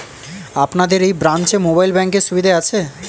আপনাদের এই ব্রাঞ্চে মোবাইল ব্যাংকের সুবিধে আছে?